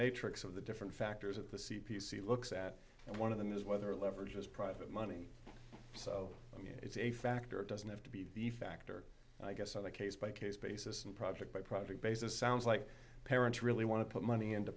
matrix of the different factors at the c p c looks at one of them is whether leverage is private money so it's a factor it doesn't have to be the factor i guess on a case by case basis and project by project basis sounds like parents really want to put money into